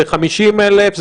זה 50,000?